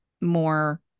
more